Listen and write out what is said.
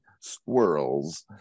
Squirrels